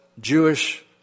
Jewish